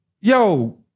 yo